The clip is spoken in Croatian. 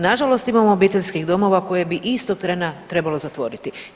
Na žalost imamo obiteljskih domova koje bi istog trena trebalo zatvoriti.